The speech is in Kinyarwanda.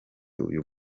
uyu